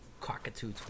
cockatoo